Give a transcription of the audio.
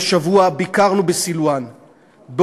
ביקרנו השבוע בסילואן,